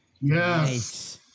Yes